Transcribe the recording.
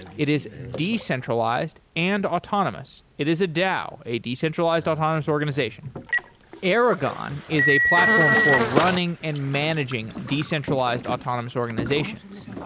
it is decentralized and autonomous. it is a dao, a decentralized autonomous organization aragon is a platform for running and managing decentralized autonomous organizations.